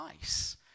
nice